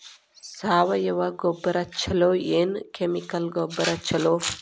ಸಾವಯವ ಗೊಬ್ಬರ ಛಲೋ ಏನ್ ಕೆಮಿಕಲ್ ಗೊಬ್ಬರ ಛಲೋ?